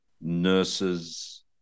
nurses